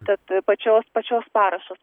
tad pačios pačios parašas